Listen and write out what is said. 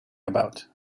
about